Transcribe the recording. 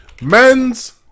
Men's